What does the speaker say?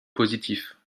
positif